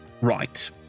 Right